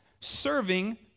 serving